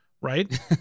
Right